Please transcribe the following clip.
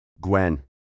Gwen